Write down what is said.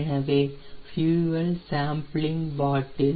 இதுவே fuel sampling பாட்டில்